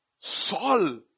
Saul